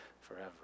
forever